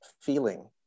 feeling